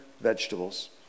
vegetables